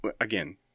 again